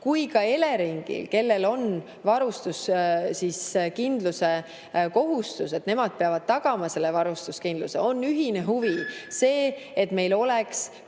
kui ka Eleringi, kellel on varustuskindluse kohustus, nemad peavad tagama selle varustuskindluse – on see, et meil oleks